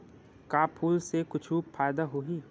का फूल से कुछु फ़ायदा होही?